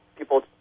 People